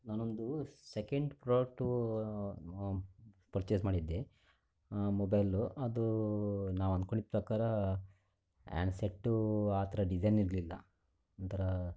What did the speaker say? ನಾನೊಂದು second product purchase ಮಾಡಿದ್ದೆ mobile ಅದು ನಾವು ಅಂದ್ಕೊಂಡಿದ್ದ ಪ್ರಕಾರ ಹಾಂಡ್ ಸೆಟ್ಟು ಆ ಥರ ಡಿಸೈನ್ ಇರಲಿಲ್ಲ ಒಂಥರ